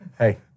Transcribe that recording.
Hey